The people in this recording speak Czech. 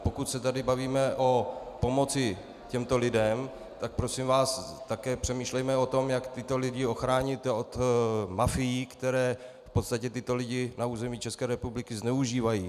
Pokud se tady bavíme o pomoci těmto lidem, tak prosím vás také přemýšlejme o tom, jak tyto lidi ochráníte od mafiemi, které v podstatě tyto lidi na území České republiky zneužívají.